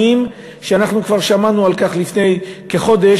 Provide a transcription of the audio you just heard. עניים שאנחנו כבר שמענו עליהם לפני כחודש,